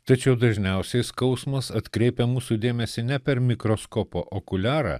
tačiau dažniausiai skausmas atkreipia mūsų dėmesį ne per mikroskopo okuliarą